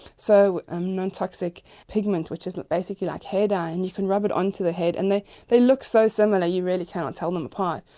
um non-toxic pigment which is basically like hair dye, and you can rub it onto the head, and they they look so similar, you really cannot tell them apart.